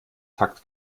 takt